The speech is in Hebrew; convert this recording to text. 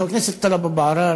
חבר הכנסת טלב אבו עראר,